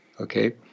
okay